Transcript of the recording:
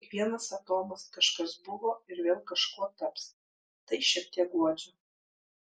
kiekvienas atomas kažkas buvo ir vėl kažkuo taps tai šiek tiek guodžia